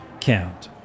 count